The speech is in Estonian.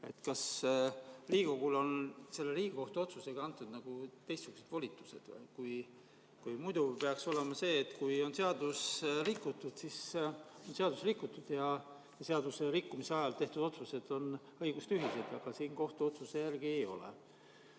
Kas Riigikogule on selle Riigikohtu otsusega antud teistsugused volitused? Kui muidu peaks olema nii, et kui on seadust rikutud, siis on seadust rikutud ja seaduse rikkumise ajal tehtud otsused on õigustühised, siis selle kohtuotsuse järgi ei ole.